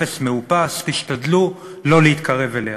אפס מאופס"; "תשתדלו לא להתקרב אליה".